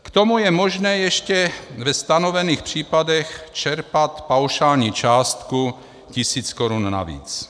K tomu je možné ještě ve stanovených případech čerpat paušální částku 1 000 korun navíc.